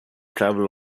travel